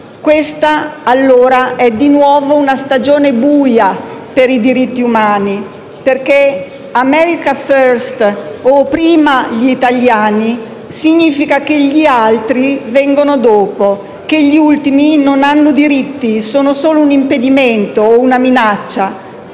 Questa, allora, è di nuovo una stagione buia per i diritti umani, perché «America first» o «prima gli italiani» significa che gli altri vengono dopo, che gli ultimi non hanno diritti e sono solo un impedimento o una minaccia,